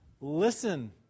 listen